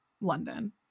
London